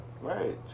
right